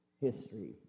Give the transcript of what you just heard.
history